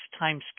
timescale